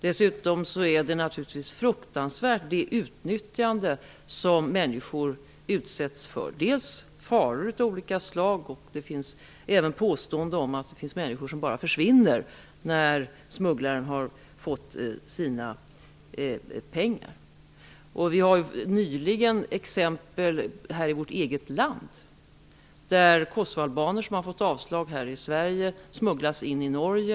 Det utnyttjande som människor utsätts för är naturligtvis fruktansvärt, med olika slags faror. Det påstås även att människor bara försvinner när smugglarna har fått sina pengar. Här i vårt eget land hade vi nyligen exemplet med kosovoalbaner, som fått avslag i Sverige och som smugglats in i Norge.